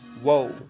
Whoa